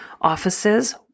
offices